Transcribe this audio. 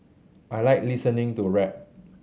I like listening to rap